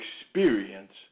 experience